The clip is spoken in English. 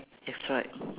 that's right